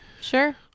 Sure